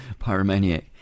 Pyromaniac